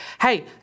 Hey